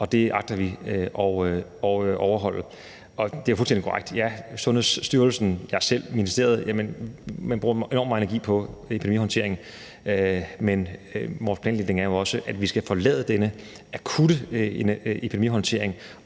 og det agter vi at overholde. Det er fuldstændig korrekt, at Sundhedsstyrelsen, jeg selv og ministeriet bruger enormt meget energi på epidemihåndteringen, men vores planlægning er jo også, at vi skal forlade denne akutte epidemihåndtering